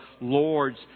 Lord's